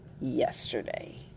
yesterday